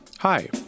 Hi